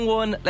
one